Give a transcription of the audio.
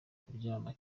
kuryama